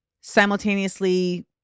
simultaneously